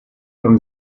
from